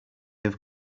have